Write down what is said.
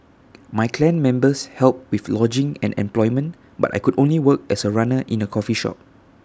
my clan members helped with lodging and employment but I could work only as A runner in A coffee shop